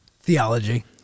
theology